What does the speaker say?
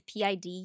PID